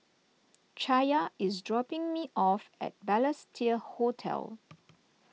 Chaya is dropping me off at Balestier Hotel